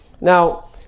Now